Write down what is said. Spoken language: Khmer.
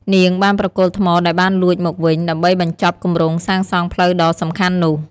នាងបានប្រគល់ថ្មដែលបានលួចមកវិញ ដើម្បីបញ្ចប់គម្រោងសាងសង់ផ្លូវដ៏សំខាន់នោះ។